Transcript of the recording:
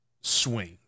swing